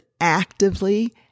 actively